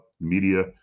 media